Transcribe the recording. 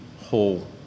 whole